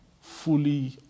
fully